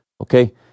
Okay